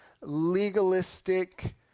legalistic